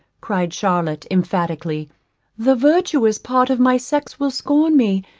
cried charlotte, emphatically the virtuous part of my sex will scorn me,